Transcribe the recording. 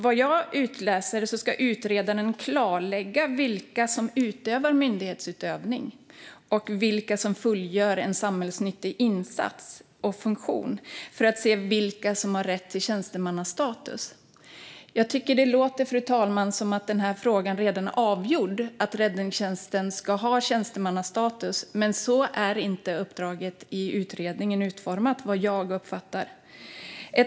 Vad jag utläser ska utredaren klarlägga vilka som utför myndighetsutövning och vilka som fullgör en samhällsnyttig insats och funktion för att se vilka som har rätt till tjänstemannastatus. Jag tycker att det låter, fru talman, som att den här frågan redan är avgjord, att räddningstjänsten ska ha tjänstemannastatus. Men så är inte uppdraget i utredningen utformat, som jag uppfattar det.